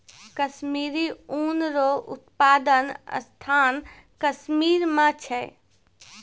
कश्मीरी ऊन रो उप्तादन स्थान कश्मीर मे छै